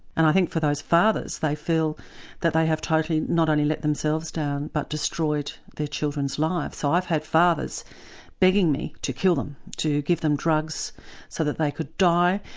and i think for those fathers they feel that they have totally not only let themselves down, but destroyed their children's lives. so i've had fathers begging me to kill them, to give them drugs so that they could die,